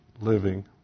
living